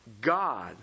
God